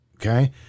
Okay